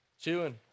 chewing